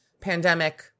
pandemic